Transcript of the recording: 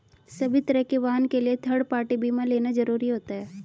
सभी तरह के वाहन के लिए थर्ड पार्टी बीमा लेना जरुरी होता है